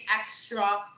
extra